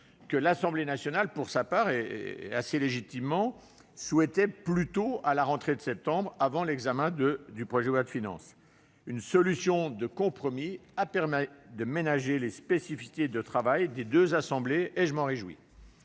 que l'Assemblée nationale, pour sa part, et assez légitimement, souhaitait plutôt pour la rentrée de septembre, avant l'examen du projet de loi de finances. Une solution de compromis a permis de concilier les spécificités du travail des deux assemblées, ce dont je me réjouis.